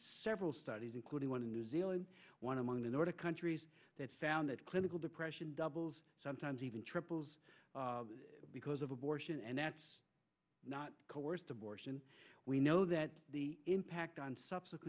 several studies including one in new zealand one among the nordic countries that found that clinical depression doubles sometimes even triples because of abortion and that's not coerced abortion we know that the impact on